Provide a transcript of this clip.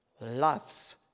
loves